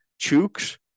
Chooks